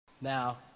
Now